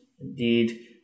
indeed